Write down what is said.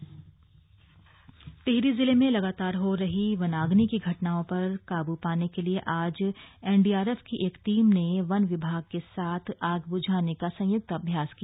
Tehri NDRF Tehri जिले में लगातार हो रही वनाग्नि की घटनाओं पर काबू पाने के लिए आज एनडीआरएफ की एक टीम ने वन विभाग के साथ आग ब्झाने का संयुक्त अभ्यास किया